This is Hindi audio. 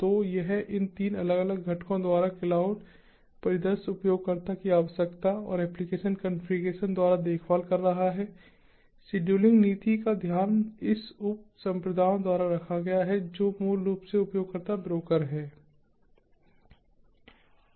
तो यह इन तीन अलग अलग घटकों द्वारा क्लाउड परिदृश्य उपयोगकर्ता की आवश्यकता और एप्लिकेशन कॉन्फ़िगरेशन द्वारा देखभाल कर रहा है शेड्यूलिंग नीति का ध्यान इस उप संप्रदायों द्वारा रखा गया है जो मूल रूप से उपयोगकर्ता ब्रोकर है